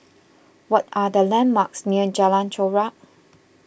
what are the landmarks near Jalan Chorak